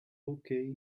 hockey